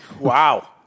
Wow